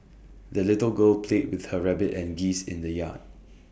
the little girl played with her rabbit and geese in the yard